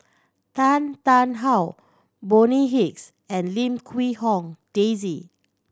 Tan Tarn How Bonny Hicks and Lim Quee Hong Daisy